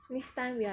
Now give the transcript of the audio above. next time we are